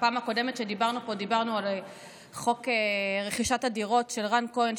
בפעם הקודמת שדיברנו פה דיברנו על חוק רכישת הדירות של רן כהן,